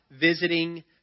visiting